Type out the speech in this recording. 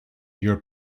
your